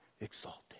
exalted